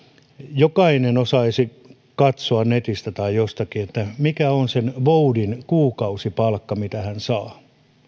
jokainen osaisi katsoa netistä tai jostakin mikä on sen vuodin kuukausipalkka mitä hän saa